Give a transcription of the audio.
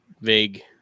vague